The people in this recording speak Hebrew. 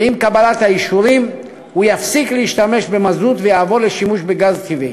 ועם קבלת האישורים הוא יפסיק להשתמש במזוט ויעבור לשימוש בגז טבעי.